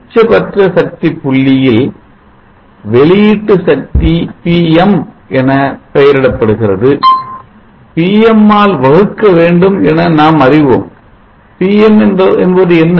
உச்சபட்ச சக்தி புள்ளியில் வெளியீட்டு சக்தி Pm என பெயரிடப்படுகிறது Pin ஆல் வகுக்க வேண்டும் என நாம் அறிவோம் Pin என்பது என்ன